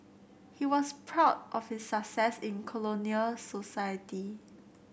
he was proud of his success in colonial society